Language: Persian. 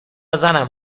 زنم